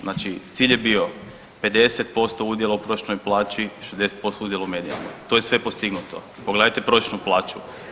Znači cilj je bio 50% udjela u prosječnoj plaći, 60% udjela u medijalnoj, to je sve postignuto, pogledajte prosječnu plaću.